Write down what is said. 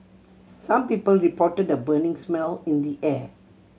some people reported a burning smell in the air